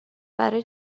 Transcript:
برای